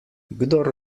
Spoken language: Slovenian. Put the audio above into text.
kdor